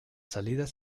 salidas